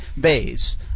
bays